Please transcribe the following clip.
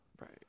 Right